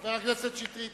חבר הכנסת שטרית,